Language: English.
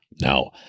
Now